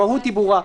המהות ברורה,